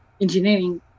engineering